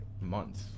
months